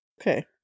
Okay